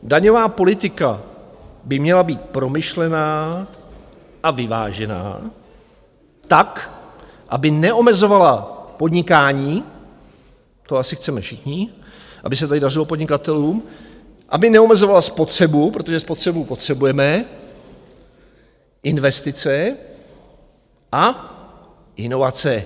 Daňová politika by měla být promyšlená a vyvážená tak, aby neomezovala podnikání, to asi chceme všichni, aby se tady dařilo podnikatelům, aby neomezovala spotřebu, protože spotřebu potřebujeme, investice a inovace.